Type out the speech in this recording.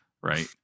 Right